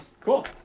Cool